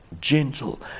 gentle